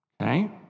Okay